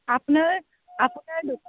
আপোনাৰ আপোনাৰ দোকান